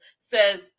says